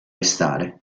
restare